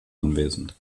anwesend